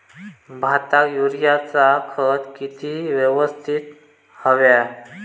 भाताक युरियाचा खत किती यवस्तित हव्या?